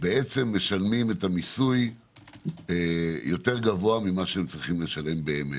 משלמים את המיסוי יותר גבוה ממה שהם צריכים לשלם באמת,